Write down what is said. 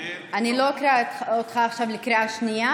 אני לא אקרא אותך עכשיו בקריאה שנייה.